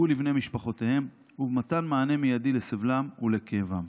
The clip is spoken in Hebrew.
ולבני משפחותיהם ובמתן מענה מיידי לסבלם ולכאבם.